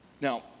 Now